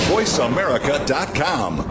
VoiceAmerica.com